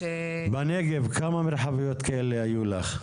בנגב כמה מרחביות כאלה היו לך?